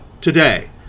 today